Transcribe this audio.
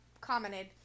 commented